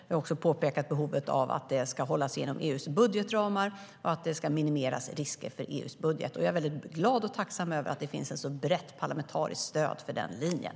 Vi har också pekat på behovet av att detta ska hållas inom EU:s budgetramar och att riskerna för EU:s budget ska minimeras. Jag är mycket glad och tacksam över att det finns ett så brett parlamentariskt stöd för den linjen.